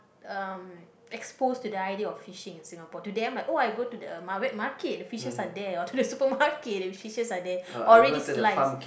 uh exposed to the idea of fishing in Singapore to them like oh I go to the wet market the fishes are there or to the supermarket the fishes are there or already sliced